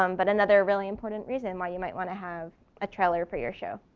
um but another really important reason why you might wanna have a trailer for your show.